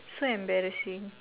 so embarrassing